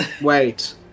Wait